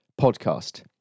podcast